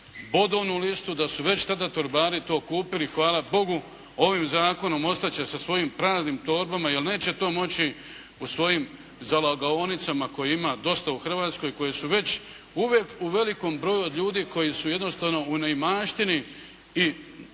bodovnu listu da su već tada torbari to kupili, hvala Bogu ovim zakonom ostat će sa svojim praznim torbama jer neće to moći u svojim zalagaonicama kojih ima dosta u Hrvatskoj koje su već u velikom broju od ljudi koji su jednostavno u neimaštini i neznanju,